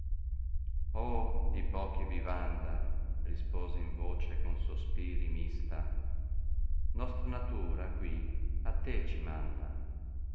di pochi tiyanda rispose in toce con sospiri mista noslra natura qai a te ci manda